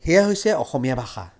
সেয়া হৈছে অসমীয়া ভাষা